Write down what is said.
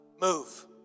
Move